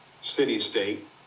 city-state